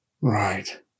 Right